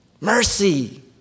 Mercy